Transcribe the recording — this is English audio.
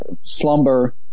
slumber